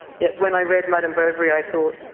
yet when i read madame bovary, i thought,